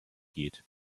geht